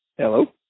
Hello